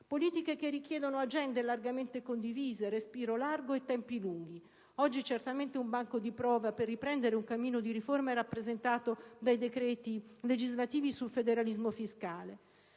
politiche che richiedono agende largamente condivise, respiro largo e tempi lunghi. Oggi certamente un banco di prova per riprendere un cammino di riforma è rappresentato dai decreti legislativi sul federalismo fiscale,